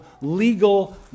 legal